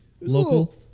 Local